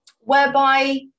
whereby